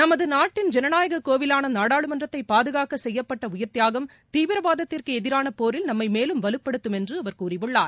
நமது நாட்டின் ஜனநாயக கோவிலான நாடாளுமன்றத்தை பாதுகாக்க செய்யப்பட்ட உயிர்த்தியாகம் தீவிரவாதத்திற்கு எதிரான போரில் நம்னம மேலும் வலுப்படுத்தும் என்று அவர் கூறியுள்ளார்